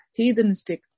heathenistic